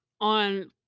on